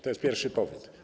To jest pierwszy powód.